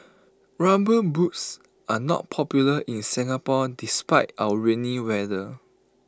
rubber boots are not popular in Singapore despite our rainy weather